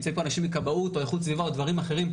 נמצאים פה אנשים מכבאות או איכות סביבה או דברים אחרים,